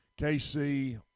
KC –